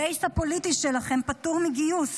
הבייס הפוליטי שלכם פטור מגיוס,